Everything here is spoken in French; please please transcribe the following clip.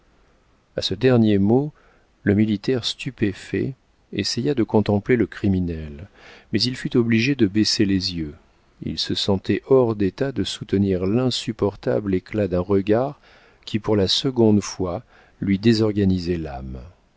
a ce dernier mot le militaire stupéfait essaya de contempler le criminel mais il fut obligé de baisser les yeux il se sentait hors d'état de soutenir l'insupportable éclat d'un regard qui pour la seconde fois lui désorganisait l'âme